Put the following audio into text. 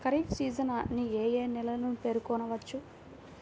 Kharif season అని ఏ ఏ నెలలను పేర్కొనవచ్చు?